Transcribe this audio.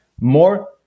more